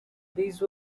these